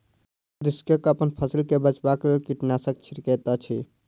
कृषक अपन फसिल के बचाबक लेल कीटनाशक छिड़कैत अछि